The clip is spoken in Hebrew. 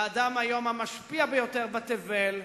לאדם היום המשפיע ביותר בתבל,